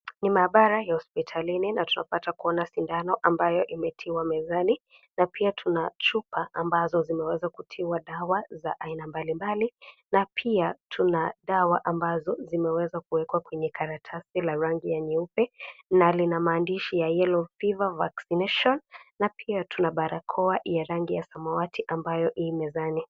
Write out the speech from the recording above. Ni maabara ya hospitalini na tunapata kuona sindano ambayo imetiwa mezani na pia tuna chupa ambazo zimeweza kutiwa dawa za aina mbalimbali na pia tuna dawa ambazo zimeweza kuwekwa kwenye karatasi la rangi ya nyeupe, na lina maandishi ya Yellow Fever vaccination na pia barakoa ya rangi ya samawati ambayo ii mezani.